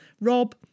Rob